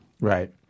right